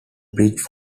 bridge